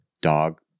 dog